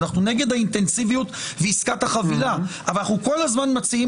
אנחנו נגד האינטנסיביות ועסקת החבילה אבל אנחנו כל הזמן מציעים